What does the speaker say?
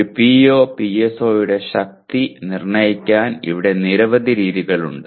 ഒരു POPSO യുടെ ശക്തി നിർണ്ണയിക്കാൻ ഇവിടെ നിരവധി രീതികളുണ്ട്